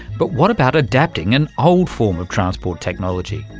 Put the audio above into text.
but what about adapting an old form of transport technology?